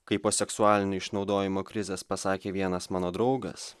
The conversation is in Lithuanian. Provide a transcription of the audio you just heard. kai po seksualinio išnaudojimo krizės pasakė vienas mano draugas